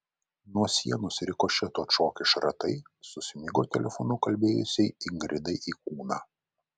nuo sienos rikošetu atšokę šratai susmigo telefonu kalbėjusiai ingridai į kūną